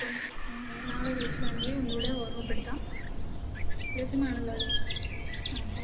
അപ്പം നാളെ വിളിച്ചു വേണമെങ്കിൽ ഒന്നുംകൂടി ഓർമപ്പെടുത്താം ലഭ്യമാണല്ലോ അല്ലേ ആ ഓക്കെ